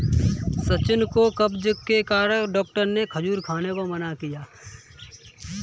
सचिन को कब्ज के कारण डॉक्टर ने खजूर खाने से मना किया